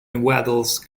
waddles